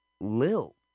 Lil